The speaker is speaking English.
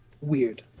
weird